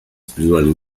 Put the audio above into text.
spirituale